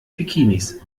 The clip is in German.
bikinis